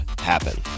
happen